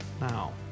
now